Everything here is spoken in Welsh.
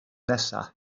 nesaf